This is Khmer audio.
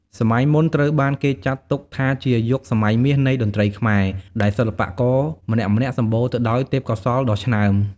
សម័យមុនត្រូវបានគេចាត់ទុកថាជាយុគសម័យមាសនៃតន្ត្រីខ្មែរ ដែលសិល្បករម្នាក់ៗសម្បូរទៅដោយទេពកោសល្យដ៏ឆ្នើម។